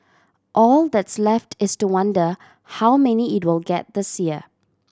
all that's left is to wonder how many it will get this year